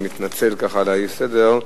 אני מתנצל על האי-סדר.